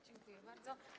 Dziękuję bardzo.